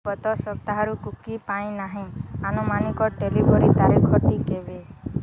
ଗତ ସପ୍ତାହରୁ କୁକି ପାଇ ନାହିଁ ଆନୁମାନିକ ଡ଼େଲିଭରି ତାରିଖଟି କେବେ